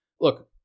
look